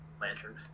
Lantern